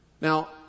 Now